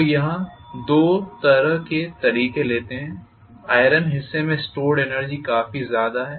तो यहां दो तरह के तरीके लेते है कि आइरन हिस्से में स्टोर्ड एनर्जी काफी ज्यादा है